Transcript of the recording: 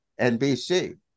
NBC